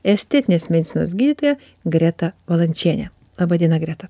estetinės medicinos gydytoja greta valančienė laba diena greta